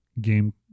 game